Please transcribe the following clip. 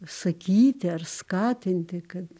sakyti ar skatinti kad